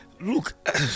look